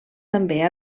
també